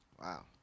Wow